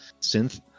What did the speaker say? synth